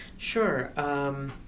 Sure